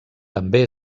també